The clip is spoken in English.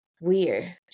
weird